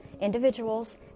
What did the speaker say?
individuals